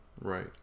Right